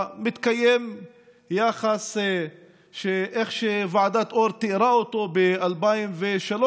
מתקיים יחס כמו שוועדת אור תיארה אותו ב-2003: